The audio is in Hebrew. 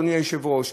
אדוני היושב-ראש,